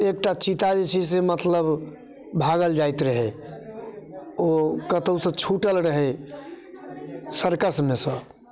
एकटा चीता जे छै से मतलब भागल जाइत रहै ओ कतहुसँ छूटल रहै सर्कसमे सँ